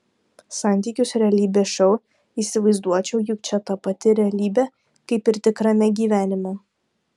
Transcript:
santykius realybės šou įsivaizduočiau juk čia ta pati realybė kaip ir tikrame gyvenime